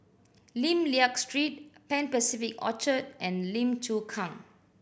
Lim Liak Street Pan Pacific Orchard and Lim Chu Kang